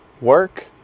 work